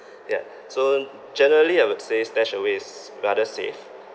yeah so generally I would say stashaway is rather safe